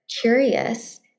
curious